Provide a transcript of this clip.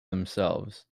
themselves